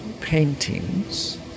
paintings